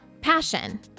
Passion